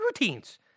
routines